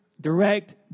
direct